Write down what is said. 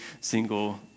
single